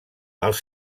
els